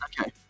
okay